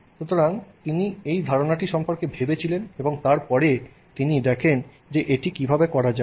সুতরাং তিনি এই ধারণাটি সম্পর্কে ভেবেছিলেন এবং তারপরে তিনি দেখেন যে এটি কীভাবে করা যায়